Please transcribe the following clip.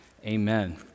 Amen